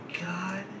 god